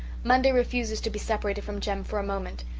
monday refuses to be separated from jem for a moment.